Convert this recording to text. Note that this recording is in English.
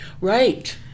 Right